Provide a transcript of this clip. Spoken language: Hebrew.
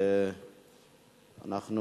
ואנחנו